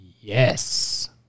Yes